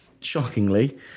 shockingly